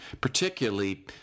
particularly